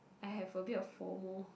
I have a bit of FOMO